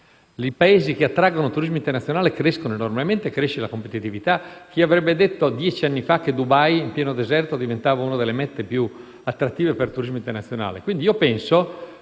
I Paesi che attraggono turismo internazionale crescono enormemente, cresce la competitività: chi avrebbe detto dieci anni fa che Dubai, in pieno deserto, sarebbe diventata una delle mete più attrattive per il turismo internazionale?